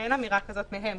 אין אמירה כזאת מהם.